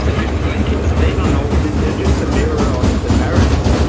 so just like kids. they don't know that they're just a mirror of their parents.